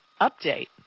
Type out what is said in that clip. update